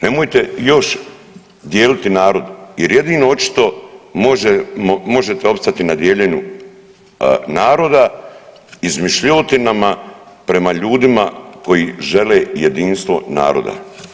Nemojte još dijeliti narod jer jedino očito možete opstati na dijeljenju naroda izmišljotinama prema ljudima koji žele jedinstvo naroda.